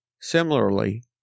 Similarly